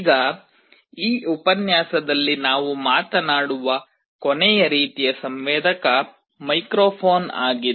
ಈಗ ಈ ಉಪನ್ಯಾಸದಲ್ಲಿ ನಾವು ಮಾತನಾಡುವ ಕೊನೆಯ ರೀತಿಯ ಸಂವೇದಕ ಮೈಕ್ರೊಫೋನ್ ಆಗಿದೆ